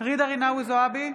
ג'ידא רינאוי זועבי,